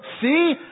See